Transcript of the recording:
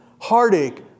heartache